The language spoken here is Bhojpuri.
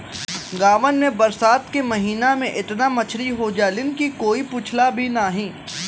गांवन में बरसात के महिना में एतना मछरी हो जालीन की कोई पूछला भी नाहीं